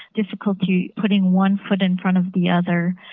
difficulty putting one foot in front of the other,